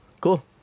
Cool